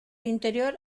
interior